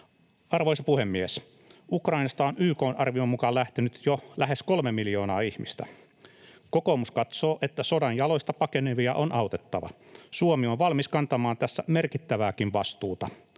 Arvoisa puhemies! Ukrainasta on YK:n arvion mukaan lähtenyt jo lähes kolme miljoonaa ihmistä. Kokoomus katsoo, että sodan jaloista pakenevia on autettava. Suomi on valmis kantamaan tässä merkittävääkin vastuuta.